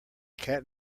cat